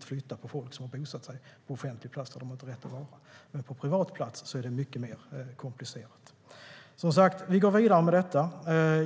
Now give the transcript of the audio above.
flytta på folk som har bosatt sig på offentlig plats där de inte har rätt att vara. Men på privat plats är det mycket mer komplicerat. Som sagt, vi går vidare med detta.